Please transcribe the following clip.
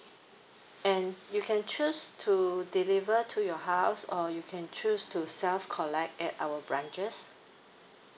and you can choose to deliver to your house or you can choose to self collect at our branches